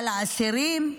על האסירים.